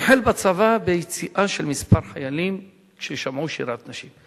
החל בצבא ביציאה של כמה חיילים ששמעו שירת נשים.